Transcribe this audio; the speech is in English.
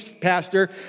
Pastor